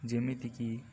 ଯେମିତିକି